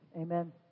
Amen